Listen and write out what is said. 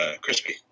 Crispy